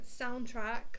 soundtrack